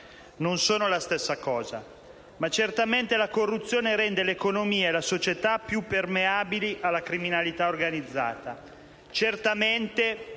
Non sono la stessa cosa, ma certamente la corruzione rende l'economia e la società più permeabili alla criminalità organizzata. Certamente,